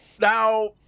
Now